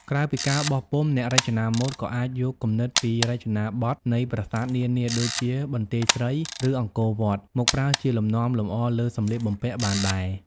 ក្រៅពីការបោះពុម្ព អ្នករចនាម៉ូដក៏អាចយកគំនិតពីរចនាបទនៃប្រាសាទនានា ដូចជាបន្ទាយស្រី ឬអង្គរវត្ត មកប្រើជាលំនាំលម្អលើសម្លៀកបំពាក់បានដែរ។